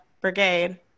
brigade